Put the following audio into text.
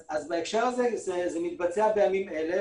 אז בהקשר הזה זה מתבצע בימים אלה,